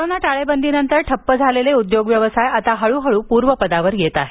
corona टाळेबंदीनंतर ठप्प झालेले उद्योग व्यवसाय आता हळूहळू पूर्वपदावर येत आहेत